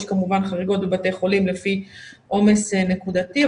יש כמובן חריגות בבתי חולים לפי עומס נקודתי,